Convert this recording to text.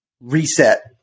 reset